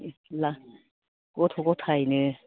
इसला गथ' गथाइनो